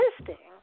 existing